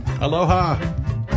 Aloha